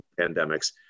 pandemics